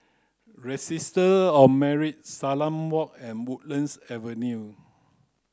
Registry of Marriage Salam Walk and Woodlands Avenue